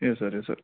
yes sir yes sir